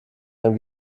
ein